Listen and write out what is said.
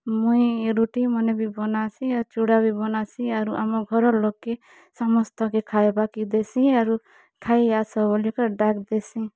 ମୁଇଁ ରୁଟି ମାନେ ବି ବାନାସି ଆର୍ ଚୁଡ଼ା ବି ବାନାସି ଆରୁ ଆମର୍ ଘରର୍ ଲୋକ୍ କେ ସମସ୍ତକେ ଖାଏବା କେ ଦେସିଁ ଆରୁ ଖାଇ ଆସ ବୋଲି ଫେର୍ ଡାକ୍ ଦେସିଁ